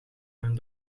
mijn